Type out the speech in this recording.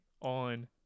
on